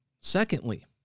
Secondly